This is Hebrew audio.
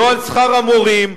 לא על שכר המורים,